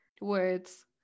words